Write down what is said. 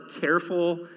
careful